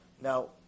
Now